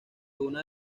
una